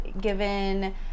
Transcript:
given